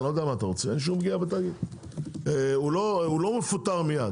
הוא לא מפוטר מייד.